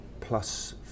plus